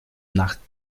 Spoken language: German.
nacht